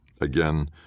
Again